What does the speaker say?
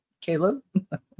Caleb